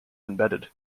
embedded